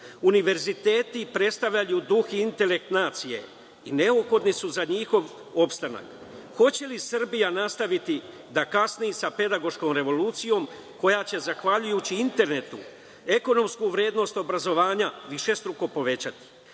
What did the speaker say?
Univerziteti predstavljaju duh i intelekt nacije i neophodni su za njihov opstanak. Hoće li Srbija nastaviti da kasni sa pedagoškom revolucijom, koja će zahvaljujući internetu ekonomsku vrednost obrazovanja višestruko povećati. Izazovi